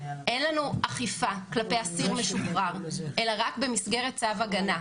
אין לנו אכיפה כלפי אסיר משוחרר אלא רק במסגרת צו הגנה.